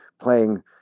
playing